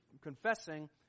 confessing